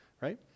right